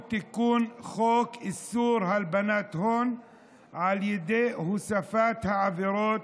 תיקון חוק איסור הלבנת הון על ידי הוספת העבירות